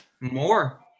More